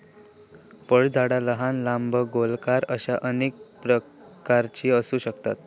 फळझाडा लहान, लांब, गोलाकार अश्या अनेक प्रकारची असू शकतत